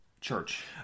church